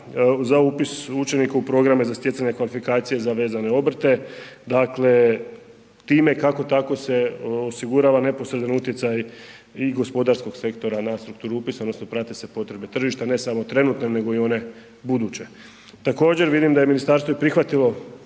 za upis učenika u programe za stjecanje kvalifikacije za vezane obrte. Dakle, time kako tako se osigurava neposredan utjecaj i gospodarskog sektora na strukturu upisa odnosno prate se potrebe tržišta, ne samo trenutne nego i one buduće. Također vidim da je ministarstvo i prihvatilo